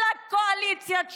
עלק קואליציית שינוי.